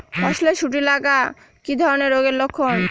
ফসলে শুটি লাগা কি ধরনের রোগের লক্ষণ?